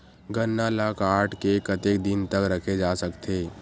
गन्ना ल काट के कतेक दिन तक रखे जा सकथे?